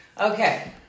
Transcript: Okay